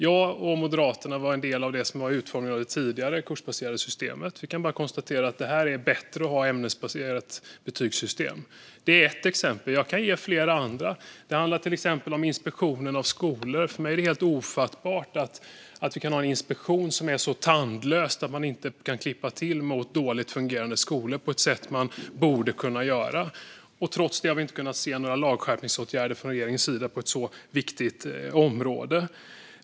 Jag och Moderaterna var delaktiga i utformandet av det tidigare, kursbaserade systemet, och vi kan bara konstatera att det är bättre att ha ett ämnesbaserat betygssystem. Det är ett exempel, och jag kan ge flera andra. Det handlar till exempel om inspektionen av skolor. För mig är det helt ofattbart att vi kan ha en inspektion som är så tandlös att man inte kan klippa till mot dåligt fungerande skolor på ett sätt som man borde kunna göra. Trots det har vi inte kunnat se några lagskärpningsåtgärder från regeringens sida på ett så viktigt område.